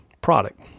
product